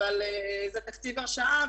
אבל זה תקציב הרשאה,